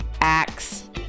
acts